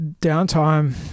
downtime